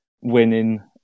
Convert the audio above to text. winning